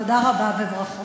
תודה רבה, וברכות.